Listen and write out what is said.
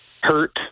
hurt